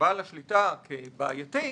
בעל השליטה כבעייתי,